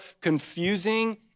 confusing